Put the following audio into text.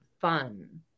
fun